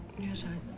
yes i.